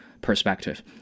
perspective